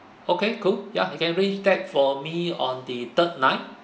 okay cool ya you can arrange that for me on the third night